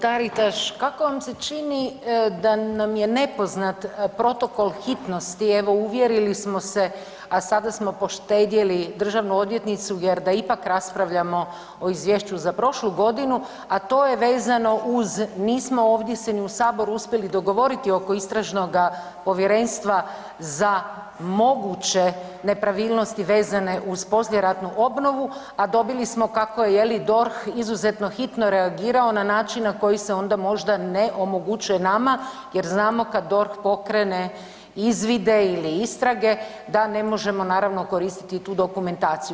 Taritaš, kako vam se čini da nam je nepoznat protokol hitnosti, evo, uvjerili smo se, a sada smo poštedjeli državnu odvjetnicu jer da ipak raspravljamo o izvješću za prošlu godinu, a to je vezano uz, nismo ovdje se ni u Saboru uspjeli dogovoriti oko istražnoga povjerenstva za moguće nepravilnosti vezane uz poslijeratnu obnovu, a dobili smo, kako je, je li DORH izuzetno hitno reagirao na način na koji se onda možda ne omogućuje nama jer znamo, kad DORH pokrene izvide ili istrage da ne možemo naravno, koristiti tu dokumentaciju.